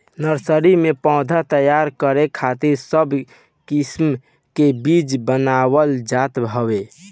nursery में पौधा तैयार करे खातिर सब किस्म के बीज बनावल जात हवे